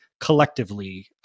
collectively